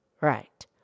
Right